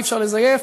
אי-אפשר לזייף.